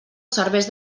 serveix